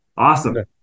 Awesome